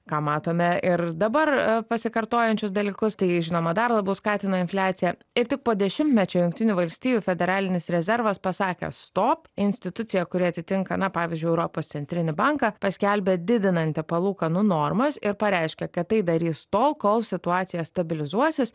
ką matome ir dabar pasikartojančius dalykus tai žinoma dar labiau skatina infliaciją ir tik po dešimtmečio jungtinių valstijų federalinis rezervas pasakė stop institucija kuri atitinka na pavyzdžiui europos centrinį banką paskelbė didinanti palūkanų normas ir pareiškė kad tai darys tol kol situacija stabilizuosis